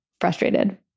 frustrated